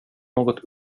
något